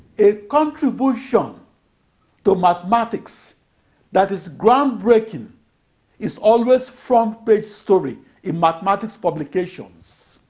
a contribution to mathematics that is groundbreaking is always front-page story in mathematics publications.